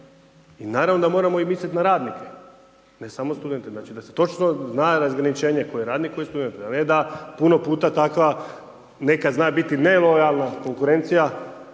i naravno da moramo misliti i na radnike, ne samo studente, znači da se točno zna razgraničenje tko je radnik, tko je student. A ne da puno puta takva, nekad zna biti nelojalna konkurencija